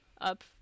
up